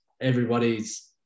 everybody's